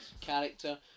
character